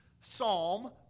Psalm